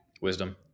wisdom